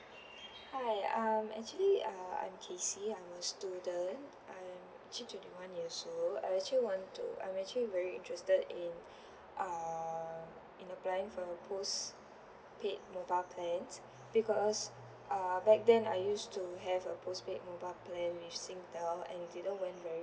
Hi um actually uh I'm casey I'm a student I'm actually twenty one years old I actually want to I'm actually very interested in uh in applying for a postpaid mobile plans because uh back then I used to have a postpaid mobile plan with singtel and it didn't went very